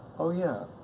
oh yeah,